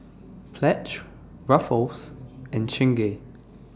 Pledge Ruffles and Chingay